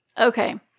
Okay